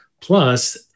Plus